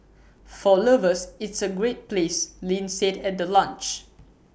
for lovers it's A great place Lin said at the launch